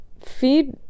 feed